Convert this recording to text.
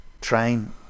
Train